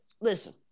listen